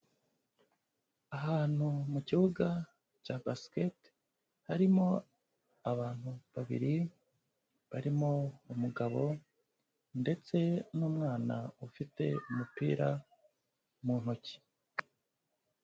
Ahantu mu kibuga cya basket, harimo abantu babiri barimo umugabo ndetse n'umwana ufite umupira mu ntoki.